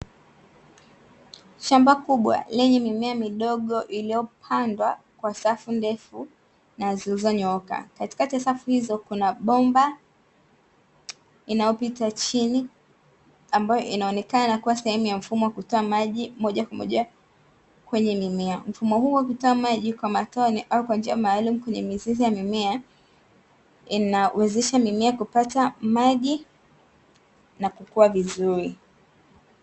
Shamba kubwa lenye mimea midogo iliyopandwa kwa safu ndefu na zilizonyooka. Katikati ya safu hizo, kuna bomba inayopita chini, ambayo inaonekana kuwa sehemu ya mfumo wa kutoa maji moja kwa moja kwenye mimea . Mfumo huo wa kutoa maji kwenye matone au kwa njia maalumu kwenye mizizi ya mimea, inawezesha mimea kupata maji na kukua vizuri.